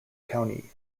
county